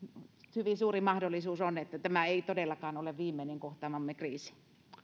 hyvin suuri mahdollisuus on että tämä ei todellakaan ole viimeinen kohtaamamme kriisi